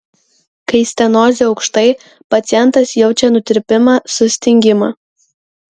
kai stenozė aukštai pacientas jaučia nutirpimą sustingimą